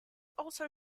also